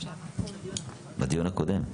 בדיון הקודם.